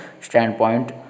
standpoint